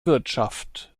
wirtschaft